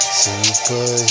super